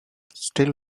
still